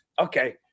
Okay